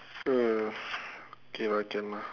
oh ya K lah can lah